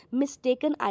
mistaken